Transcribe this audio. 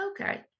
okay